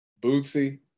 Bootsy